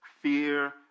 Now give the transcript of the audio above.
fear